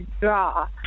draw